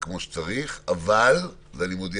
אם מישהו